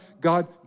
God